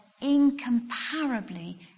incomparably